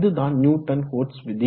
இதுதான் Newton Cotes விதி